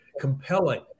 compelling